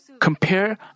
Compare